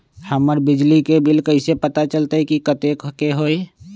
हमर बिजली के बिल कैसे पता चलतै की कतेइक के होई?